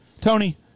Tony